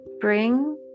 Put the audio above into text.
Bring